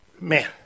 man